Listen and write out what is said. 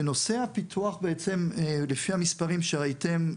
לנושא הפיתוח בעצם לפי המספרים שראיתם,